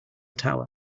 tower